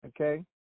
okay